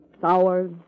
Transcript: Sour